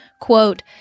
Quote